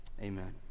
Amen